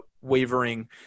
wavering